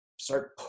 start